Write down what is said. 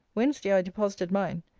wednesday i deposited mine.